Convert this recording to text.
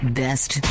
best